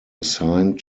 assigned